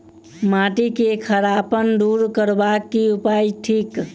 माटि केँ खड़ापन दूर करबाक की उपाय थिक?